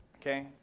okay